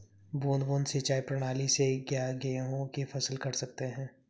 बूंद बूंद सिंचाई प्रणाली से क्या गेहूँ की फसल कर सकते हैं?